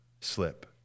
slip